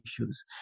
issues